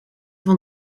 van